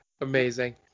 Amazing